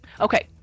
okay